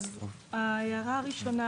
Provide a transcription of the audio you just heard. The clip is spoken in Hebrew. ההערה הראשונה,